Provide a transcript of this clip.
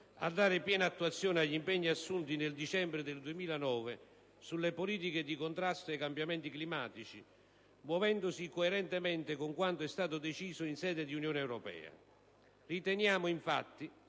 a dare piena attuazione agli impegni assunti nel dicembre 2009 sulle politiche di contrasto ai cambiamenti climatici, muovendosi coerentemente con quanto è stato deciso in sede di Unione europea. Riteniamo infatti,